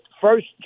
First